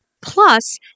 Plus